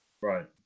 Right